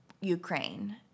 Ukraine